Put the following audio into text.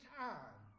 time